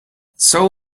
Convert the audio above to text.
seoul